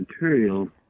material